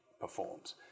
performs